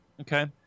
Okay